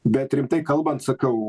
bet rimtai kalbant sakau